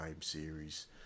series